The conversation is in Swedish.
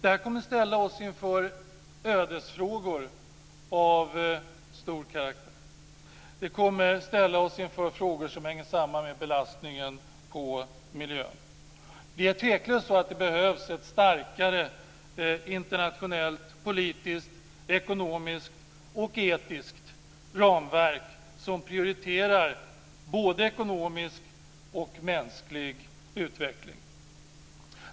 Det här kommer att ställa oss inför ödesfrågor av allvarlig karaktär. Det kommer att ställa oss inför frågor som hänger samman med belastningen på miljön. Det är tveklöst så att det behövs ett starkare internationellt politiskt, ekonomiskt och etiskt ramverk som prioriterar både ekonomisk och mänsklig utveckling.